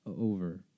over